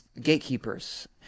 gatekeepers